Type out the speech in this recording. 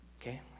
Okay